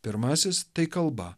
pirmasis tai kalba